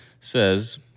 says